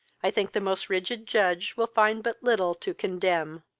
i think the most rigid judge will find but little to condemn.